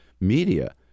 media